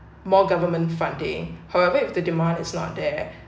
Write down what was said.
more government funding however if the demand is not there